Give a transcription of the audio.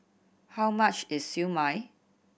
how much is Siew Mai